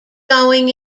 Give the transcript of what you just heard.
going